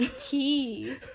tea